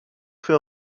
fait